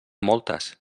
moltes